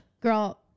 Girl